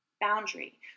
boundary